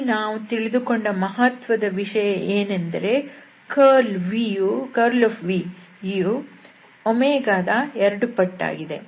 ಇಲ್ಲಿ ನಾವು ತಿಳಿದುಕೊಂಡ ಮಹತ್ವದ ವಿಷಯ ಏನೆಂದರೆ ಕರ್ಲ್ v ಯು ನ ಎರಡು ಪಟ್ಟಾಗಿದೆ